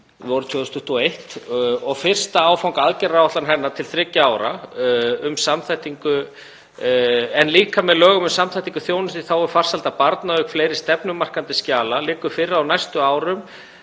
vorið 2021, og fyrsta áfanga í aðgerðaáætlun hennar til þriggja ára um samþættingu en líka með lögum um samþættingu þjónustu í þágu farsældar barna auk fleiri stefnumarkandi skjala liggur fyrir að á næstu árum